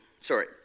Sorry